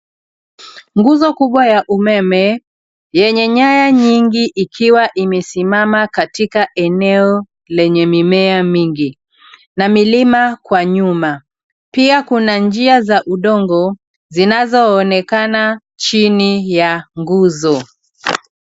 Nguzo kubwa ya umeme yenye nyaya nyingi ikiwa imesimama katika eneo lenye mimea mingi na milima kwa nyuma. Pia kuna njia za udongo zinazoonekana chini ya nguzo.